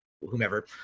whomever